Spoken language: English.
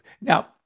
Now